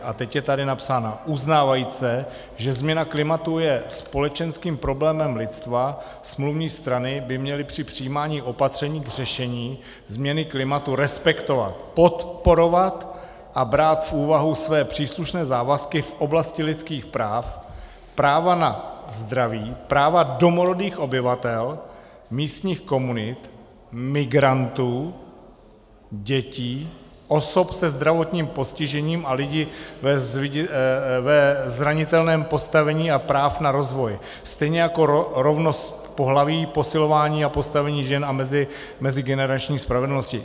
A teď je tady napsáno: Uznávajíce, že změna klimatu je společenským problémem lidstva, smluvní strany by měly při přijímání opatření k řešení změny klimatu respektovat, podporovat a brát v úvahu své příslušné závazky v oblasti lidských práv, práva na zdraví, práva domorodých obyvatel, místních komunit, migrantů, dětí, osob se zdravotním postižením a lidí ve zranitelném postavení a práv na rozvoj, stejně tak jako rovnost pohlaví, posilování postavení žen a mezigenerační spravedlnosti.